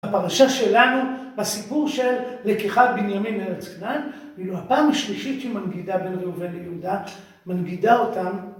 הפרשה שלנו בסיפור של לקיחת בנימין לארץ כנען, היא לא הפעם השלישית שמנגידה בין ראובן ליהודה, מנגידה אותם.